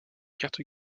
quatre